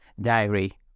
diary